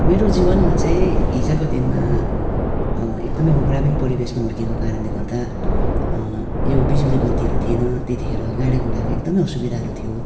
मेरो जीवनमा चाहिँ हिजोको दिनमा एकदमै म ग्रामीण परिवेशमा हुर्किएको कारणले गर्दा यो बिजुली बत्तीहरू थिएन त्यतिखेर गाडी घोडाको एकदमै असुविधाहरू थियो